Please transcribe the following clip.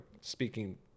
speaking